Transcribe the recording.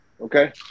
Okay